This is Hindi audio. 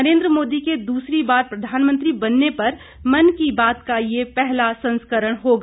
नरेन्द्र मोदी के दूसरी बार प्रधानमंत्री बनने पर मन की बात का यह पहला संस्करण होगा